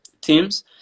teams